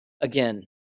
Again